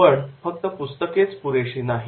पण फक्त पुस्तकेच पुरेशी नाहीत